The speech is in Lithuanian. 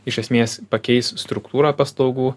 iš esmės pakeis struktūrą paslaugų